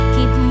Keep